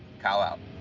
kyle out.